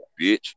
bitch